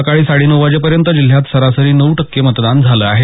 सकाळी साडेनऊ वाजेपर्यंत जिल्ह्यात सरासरी नऊ टक्के मतदान झालं आहे